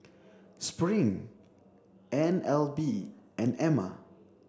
Spring N L B and Ema